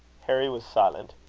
harry was silent.